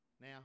Now